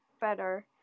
better